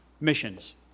missions